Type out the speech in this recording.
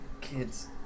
Kids